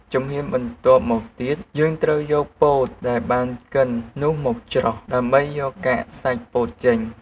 ជំហានបន្ទាប់់មកទៀត យើងត្រូវយកពោតដែលបានកិននោះមកច្រោះដើម្បីយកកាកសាច់ពោតចេញ។